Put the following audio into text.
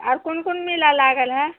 और कौन कौन मेला लागल है